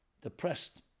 depressed